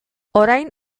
orain